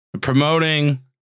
promoting